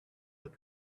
that